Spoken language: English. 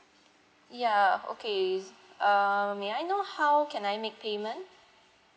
ya okay is err may I know how can I make payment